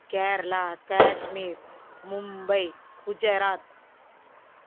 Tamil Nadu Kerala Kashmir Mumbai Gujarat